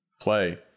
play